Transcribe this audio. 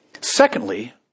Secondly